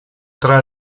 tra